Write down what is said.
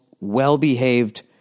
well-behaved